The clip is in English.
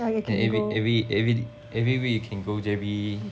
can every every every every week you can go J_B